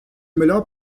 melhor